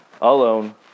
alone